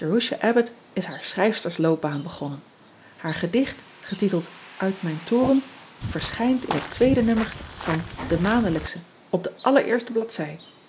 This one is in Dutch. bbott is haar schrijfstersloopbaan begonnen aar gedicht getiteld it mijn toren verschijnt in het tweede nummer van e aandelijksche op de allereerste bladzij